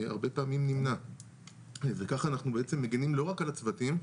הרבה פעמים נמנע וכך אנחנו בעצם מגנים לא רק על הצוותים,